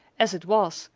as it was,